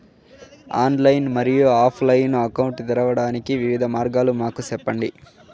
Online మరియు offline account తెరవడానికి వివిధ మార్గాలు మాకు సెప్పండి?